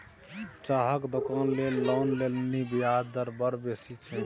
चाहक दोकान लेल लोन लेलनि ब्याजे दर बड़ बेसी छै